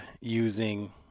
using